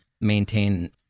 maintain